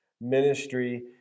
ministry